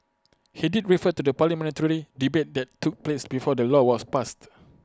he did refer to the parliamentary debate that took place before the law was passed